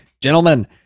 gentlemen